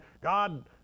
God